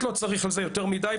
לא צריך להרחיב על זה יותר מידי,